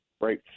right